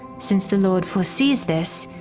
since the lord foresees this,